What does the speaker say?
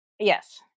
Yes